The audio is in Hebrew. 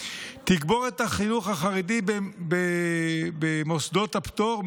תגבורת החינוך החרדי במוסדות הפטור,